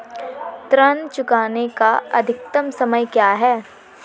ऋण चुकाने का अधिकतम समय क्या है?